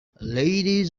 ladies